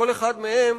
כל אחד מהם,